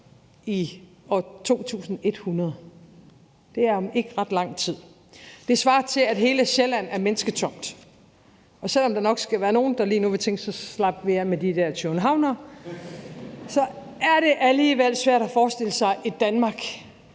i år 2100. Det er om ikke ret lang tid. Det svarer til, at hele Sjælland er mennesketomt, og selv om der nok skal være nogle, der lige nu vil tænke, at så slap man af med de der kjøwenhavnere, så er det alligevel svært at forestille sig et Danmark